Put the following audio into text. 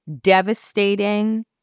devastating